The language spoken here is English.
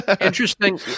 interesting